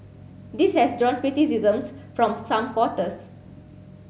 this has drawn criticisms from some quarters